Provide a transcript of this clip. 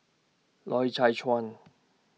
Loy Chye Chuan